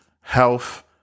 health